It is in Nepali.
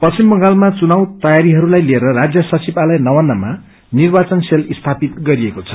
पश्चिम बंगालमा चुनाव तयारीहरूलाई लिएर राज्य सचिवालया नवान्नमा निर्वाचन सेल स्थापित गरिएको छ